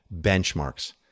benchmarks